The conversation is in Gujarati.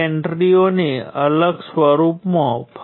નોડ 2 માંથી વહેતો કરંટ G છે